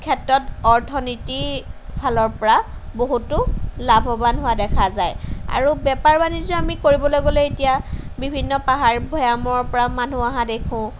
ক্ষেত্ৰত অৰ্থনীতি ফালৰ পৰা বহুতো লাভৱান হোৱা দেখা যায় আৰু বেপাৰ বাণিজ্য আমি কৰিবলৈ গ'লে এতিয়া বিভিন্ন পাহাৰ ভৈয়ামৰ পৰা মানুহ অহা দেখোঁ